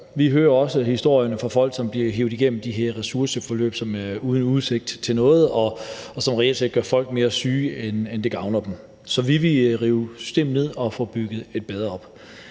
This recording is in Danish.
Vi hører også historierne fra folk, som bliver hevet igennem de her ressourceforløb uden udsigt til noget – forløb, som reelt set gør folk mere syge, end det gavner dem. Så vi ville rive systemet ned og få bygget et bedre op.